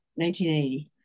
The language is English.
1980